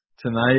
Tonight